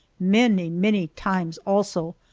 many, many times, also,